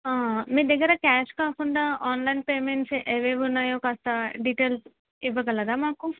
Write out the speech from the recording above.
మీ దగ్గర క్యాష్ కాకుండా online payments ఏవేవి ఉన్నాయో కాస్త డీటెయిల్స్ ఇవ్వగలరా మాకు